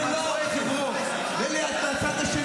למה את צועקת?